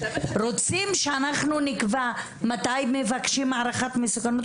רוצים שאנחנו נקבע מתי מבקשים הערכת מסוכנות?